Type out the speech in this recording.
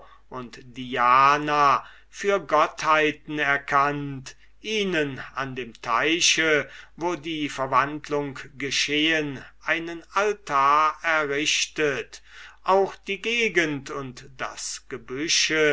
und diana für gottheiten erkannt an dem teiche wo die verwandlung geschehen einen altar errichtet auch die gegend und das gebüsche